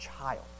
child